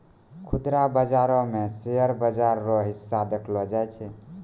खुदरा बाजारो मे शेयर बाजार रो हिस्सा देखलो जाय छै